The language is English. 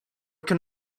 can